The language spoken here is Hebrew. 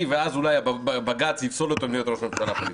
ואז אולי בג"ץ יפסול אותו מלהיות ראש ממשלה חליפי.